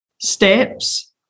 steps